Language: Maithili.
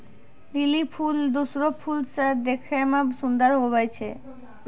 लीली फूल दोसरो फूल से देखै मे सुन्दर हुवै छै